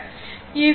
இது 36